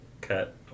cut